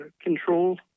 control